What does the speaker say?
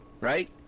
right